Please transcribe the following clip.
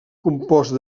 compost